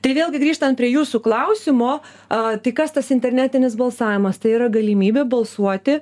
tai vėlgi grįžtant prie jūsų klausimo a tai kas tas internetinis balsavimas tai yra galimybė balsuoti